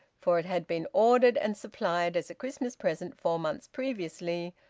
for it had been ordered and supplied as a christmas present four months previously,